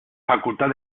facultad